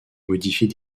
modifier